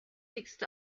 sixth